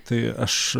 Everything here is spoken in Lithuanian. tai aš